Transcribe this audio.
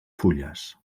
fulles